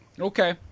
Okay